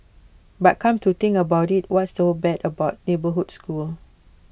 but come to think about IT what's so bad about neighbourhood schools